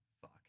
Fuck